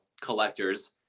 collectors